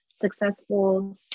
successful